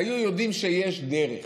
הם היו יודעים שיש דרך.